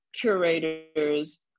curators